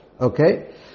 Okay